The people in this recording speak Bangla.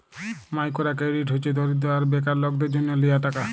মাইকোরো কেরডিট হছে দরিদ্য আর বেকার লকদের জ্যনহ লিয়া টাকা